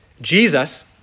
Jesus